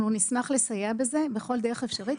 אנחנו נשמח לסייע בזה בכל דרך אפשרית,